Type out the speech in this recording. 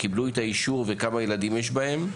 קיבלו את האישור וכמה ילדים יש בהם.